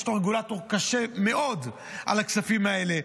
יש לו רגולטור קשה מאוד על הכספים האלה,